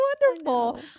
wonderful